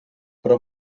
però